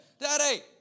Daddy